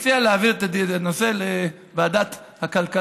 אני מציע להעביר את הנושא לוועדת הכלכלה,